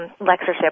lectureship